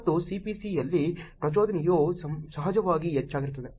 ಮತ್ತು CPC ಯಲ್ಲಿ ಪ್ರಚೋದನೆಯು ಸಹಜವಾಗಿ ಹೆಚ್ಚಾಗಿರುತ್ತದೆ